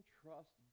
trust